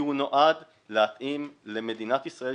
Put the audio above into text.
כי הוא נועד להתאים למדינת ישראל,